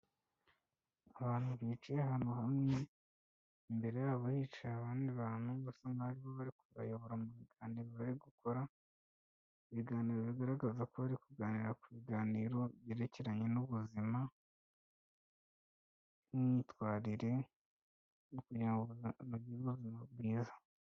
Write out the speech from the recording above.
Abantu bicaye ahantu hamwe, imbere yabo hicaye abandi bantu, basa nkaho ari bo bari kubayobora mu biganiro bari gukora, ibiganiro bigaragaza ko bari kuganira ku biganiro byerekeranye n'ubuzima, n'imyitwarire, kugira ngo bagire ubuzima bwiza.